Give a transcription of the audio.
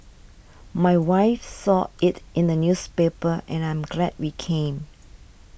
my wife saw it in the newspaper and I'm glad we came